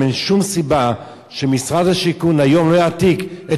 אין שום סיבה שמשרד השיכון לא יעתיק היום